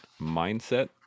mindset